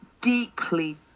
deeply